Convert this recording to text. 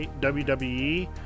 WWE